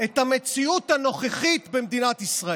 את המציאות הנוכחית במדינת ישראל.